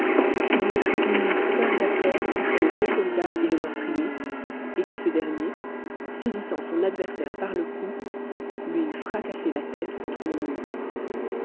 qu'il y ait eu une lutte corps à corps entre le faux soldat et le meurtrier et que ce dernier saisissant son adversaire